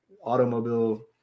automobile